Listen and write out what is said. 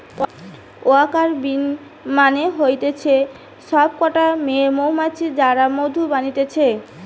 worker bee মানে হতিছে সব কটা মেয়ে মৌমাছি যারা মধু বানাতিছে